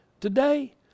Today